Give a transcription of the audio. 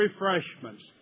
refreshments